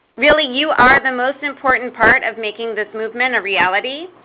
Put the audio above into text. really you are the most important part of making this movement a reality.